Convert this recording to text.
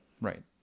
right